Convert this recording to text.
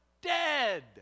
dead